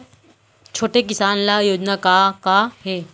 छोटे किसान ल योजना का का हे?